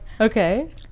Okay